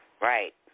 Right